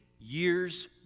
years